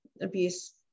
abuse